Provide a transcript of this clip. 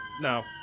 No